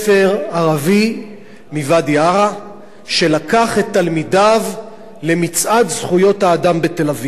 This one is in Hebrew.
ערבי מוואדי-עארה שלקח את תלמידיו למצעד זכויות האדם בתל-אביב.